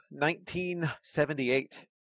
1978